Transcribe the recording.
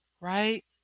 right